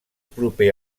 proper